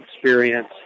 experience